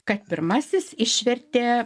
kad pirmasis išvertė